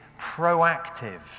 proactive